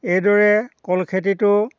এইদৰে কল খেতিটো